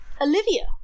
Olivia